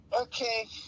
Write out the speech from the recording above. Okay